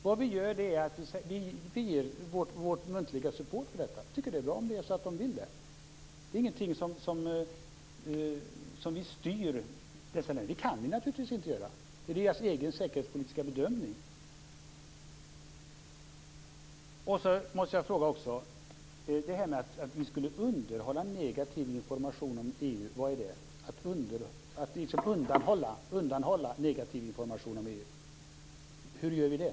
Vad vi gör är att vi ger vår muntliga support för detta. Vi tycker att det är bra om det är så att de vill det. Det är ingenting som vi styr dessa länder att göra. Det kan vi naturligtvis inte göra. Det är deras egen säkerhetspolitiska bedömning. Jag måste också fråga om det som sades om att vi undanhåller negativ information om EU. Hur gör vi det?